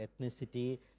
ethnicity